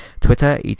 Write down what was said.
Twitter